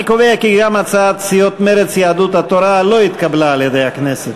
אני קובע כי גם הצעת סיעות מרצ ויהדות התורה לא התקבלה על-ידי הכנסת.